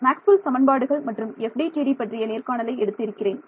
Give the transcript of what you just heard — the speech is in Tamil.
மேக்ஸ்வெல் Maxwell' சமன்பாடுகள் மற்றும் FDTD பற்றிய நேர்காணலை எடுத்து இருக்கிறேன்